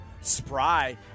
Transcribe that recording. spry